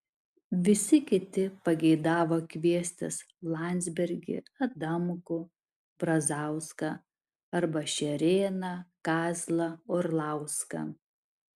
visi kiti pageidavo kviestis landsbergį adamkų brazauską arba šerėną kazlą orlauską